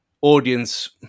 audience